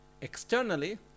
Externally